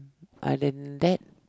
other that